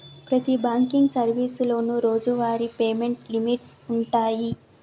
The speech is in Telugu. ప్రతి బాంకింగ్ సర్వీసులోనూ రోజువారీ పేమెంట్ లిమిట్స్ వుంటయ్యి